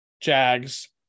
Jags